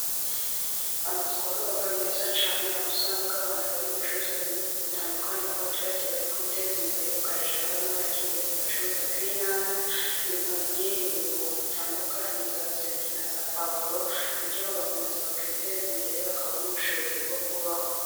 Amasoko aba meza cyane aho usanga abantu bari bucuruzamo bintu bitandukanye, aho baturage bari kwiteza imbere, bakazajya barabona abakiliya, bagacuruza nk'inyanya, intoryi, ibirungo bitandukanye za sereri naza puwavuro, bityo bagakomeza bakiteza imbere bakabona ubushobozi bwo kubaho.